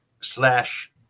slash